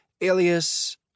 Alias